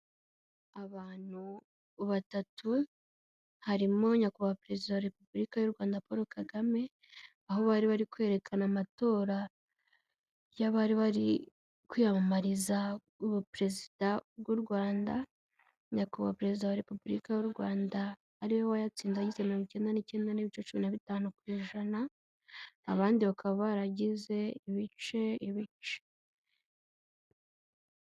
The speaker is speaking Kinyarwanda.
Abantu batatu, harimo nyakubahwa perezida wa repubulika y'u Rwanda Paul Kagame aho bari bari kwerekana amatora y'abari bari kwiyamamariza ubu perezida bw'u Rwanda. Nyakubahwa perezida wa repubulika y'u Rwanda ariwe wayatsinze wagizeh mirongo icyenda n'icyenda ibice cumi na bitanu ku ijana, abandi bakaba baragize ibice, ibice.